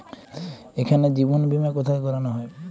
এখানে জীবন বীমা কোথায় করানো হয়?